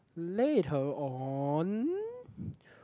later on